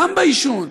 גם בעישון,